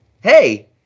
hey